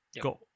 got